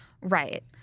Right